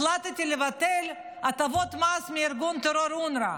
החלטתי לבטל הטבות מס מארגון טרור אונר"א,